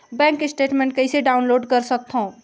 Bank statement कइसे download कर सकथव?